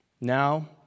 Now